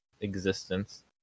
existence